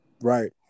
Right